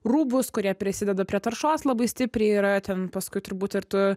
rūbus kurie prisideda prie taršos labai stipriai yra ten paskui turbūt ir tu